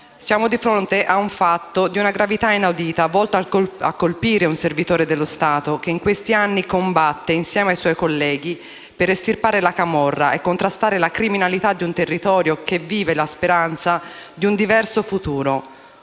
Siamo di fronte a un fatto di una gravità inaudita volto a colpire un servitore dello Stato, che in questi anni combatte, insieme ai suoi colleghi, per estirpare la camorra e contrastare la criminalità da un territorio che vive la speranza di un diverso futuro.